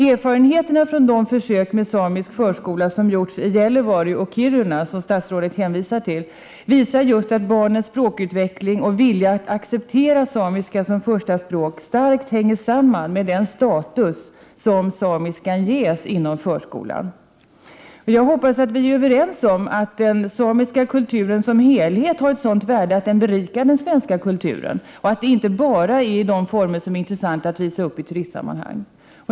Erfarenheterna från de försök med samisk förskola som har gjorts i Gällivare och Kiruna, som statsrådet hänvisar till, visar just att barnens språkutveckling och vilja att acceptera samiska som första språk starkt hänger samman med den status som samiskan ges inom förskolan. Jag hoppas att vi är överens om att den samiska kulturen som helhet har ett sådant värde att den berikar den svenska kulturen, och då inte bara i de former som är intressanta att visa upp i turistsammanhang.